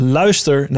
luister